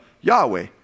Yahweh